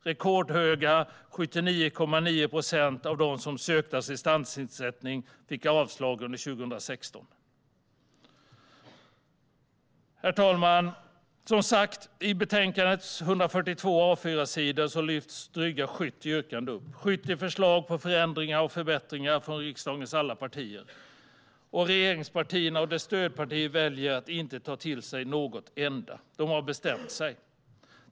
Rekordhöga 79,9 procent av dem som sökte assistansersättning fick avslag under 2016. Herr talman! Som sagt: På betänkandets 142 A4-sidor tas drygt 70 yrkanden upp - 70 förslag på förändringar och förbättringar från riksdagens alla partier. Regeringspartierna och regeringens stödpartier väljer att inte ta till sig något enda av dem. De har bestämt sig.